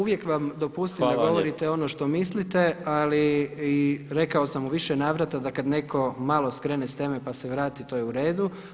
Uvijek vam dopustim da govorite ono što mislite, ali i rekao sam u više navrata da kad netko malo skrene sa teme pa se vrati to je u redu.